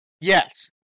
Yes